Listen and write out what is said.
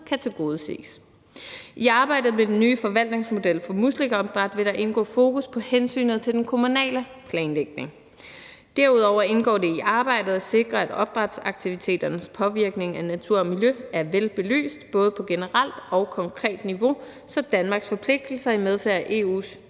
kan tilgodeses. I arbejdet med den nye forvaltningsmodel for muslingeopdræt vil der indgå fokus på hensynet til den kommunale planlægning. Derudover indgår det i arbejdet at sikre, at opdrætsaktiviteternes påvirkning af natur og miljø er velbelyst både på generelt og konkret niveau, så Danmarks forpligtelser i medfør af EU's